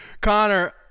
Connor